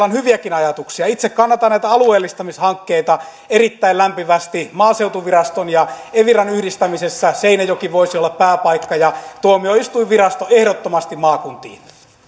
on hyviäkin ajatuksia itse kannatan näitä alueellistamishankkeita erittäin lämpimästi maaseutuviraston ja eviran yhdistämisessä seinäjoki voisi olla pääpaikka ja tuomioistuinvirasto ehdottomasti maakuntiin